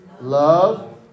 Love